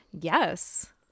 Yes